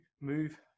move